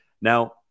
Now